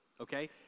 okay